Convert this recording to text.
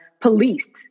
policed